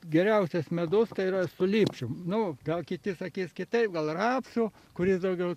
geriausias medus yra su lipčium nu gal kiti sakė kitaip gal rapsų kuris daugiau